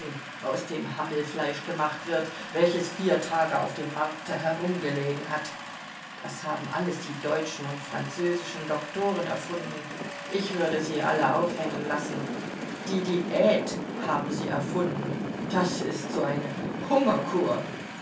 aus dem hammelfleisch gemacht wird welches vier tage auf dem markte herumgelegen hat das haben alles die deutschen und französischen doktoren erfunden ich würde sie dafür alle aufhängen lassen die diät haben sie erfunden das ist so eine hungerkur